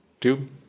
tube